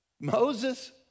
Moses